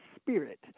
Spirit